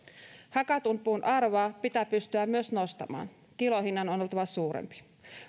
hakatun puun arvoa pitää pystyä myös nostamaan kilohinnan on oltava suurempi